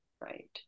right